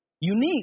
Unique